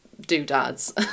doodads